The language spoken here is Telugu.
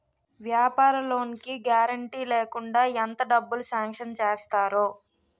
వ్యాపార లోన్ కి గారంటే లేకుండా ఎంత డబ్బులు సాంక్షన్ చేస్తారు?